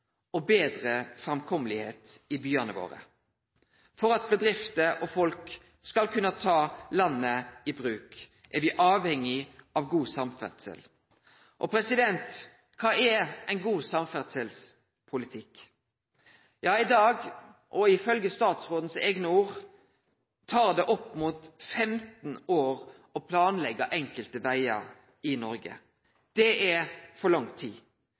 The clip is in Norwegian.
og gjere det meir framkomeleg i byane våre. For at bedrifter og folk skal kunne ta landet i bruk, er me avhengige av god samferdsel. Kva er ein god samferdselspolitikk? Ifølgje statsråden sine eigne ord tek det i dag opp mot 15 år å planleggje enkelte vegar i Noreg. Det er for lang tid.